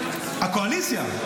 הקואליציה.